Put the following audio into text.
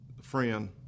friend